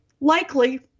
likely